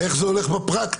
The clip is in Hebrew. איך זה הולך בפרקטיקה?